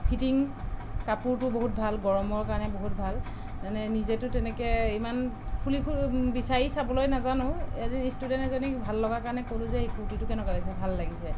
fitting কাপোৰটো বহুত ভাল গৰমৰ কাৰণে বহুত ভাল যেনে নিজেতো তেনেকৈ ইমান খুলি বিচাৰি চাবলৈ নাজানো এদিন ষ্টুডেণ্ট এজনীক ভাল লগাৰ কাৰণে ক'লোঁ যে এই কুৰ্তীটো কেনেকুৱা লাগিছে ভাল লাগিছে